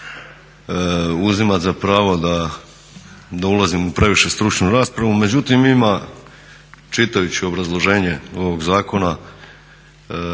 uzimati za pravo da ulazim previše u stručnu raspravu. Međutim ima, čitajući obrazloženje ovog zakona,